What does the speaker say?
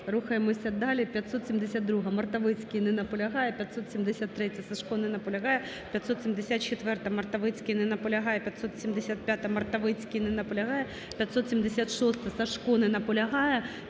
Рухаємося далі. 572-а, Мартовицький. Не наполягає. 573-я, Сажко. Не наполягає. 574-а, Мартовицький. Не наполягає. 575-а, Мартовицький. Не наполягає. 576-а, Сажко. Не наполягає.